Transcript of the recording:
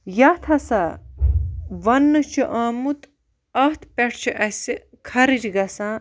یَتھ ہَسا وَنہٕ چھُ آمُت اَتھ پٮ۪ٹھ چھُ اَسہِ خرچ گَژھان